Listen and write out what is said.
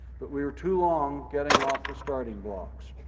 but we were too long getting off the starting blocks.